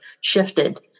shifted